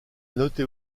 noter